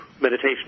meditation